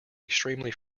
extremely